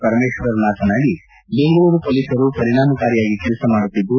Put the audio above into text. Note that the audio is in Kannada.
ಪರಮೇಶ್ವರ್ ಮಾತನಾಡಿ ಬೆಂಗಳೂರು ಪೊಲೀಸರು ಪರಿಣಾಮಕಾರಿಯಾಗಿ ಕೆಲಸ ಮಾಡುತ್ತಿದ್ದು